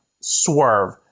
swerve